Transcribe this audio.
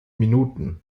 minuten